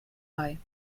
bei